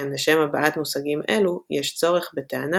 שכן לשם הבעת מושגים אלו יש צורך בטענה